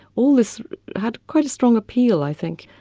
all this had quite a strong appeal i think,